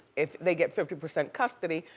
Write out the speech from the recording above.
if they get fifty percent custody,